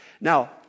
Now